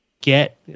get